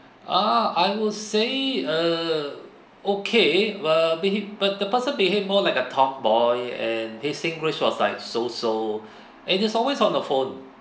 ah I will was say err okay err beha~ but the person behave more like a tomboy and his english was like so so and he's always on the phone